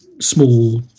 small